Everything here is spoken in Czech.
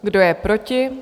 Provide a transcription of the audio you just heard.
Kdo je proti?